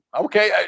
Okay